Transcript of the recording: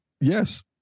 yes